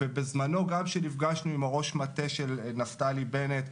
בזמנו גם כשנפגשנו עם ראש מטה של נפתלי בנט,